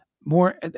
more